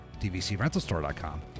DVCRentalStore.com